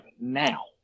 now